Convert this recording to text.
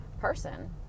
person